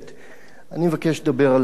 אני מבקש לדבר על האולימפיאדה